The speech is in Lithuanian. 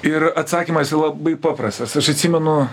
ir atsakymas labai paprastas aš atsimenu